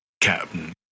Captain